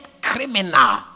criminal